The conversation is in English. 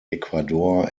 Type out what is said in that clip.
ecuador